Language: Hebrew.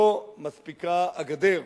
לא מספיקה הגדר,